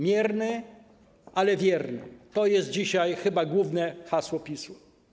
Mierny, ale wierny - to jest dzisiaj chyba główne hasło PiS-u.